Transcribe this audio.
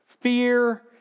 fear